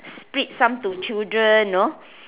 split some to children you know